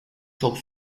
çok